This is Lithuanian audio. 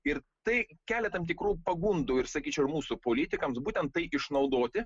ir tai kelia tam tikrų pagundų ir sakyčiau ir mūsų politikams būtent tai išnaudoti